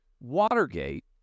Watergate